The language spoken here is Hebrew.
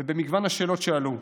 ובמגוון השאלות שעלו.